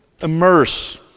immerse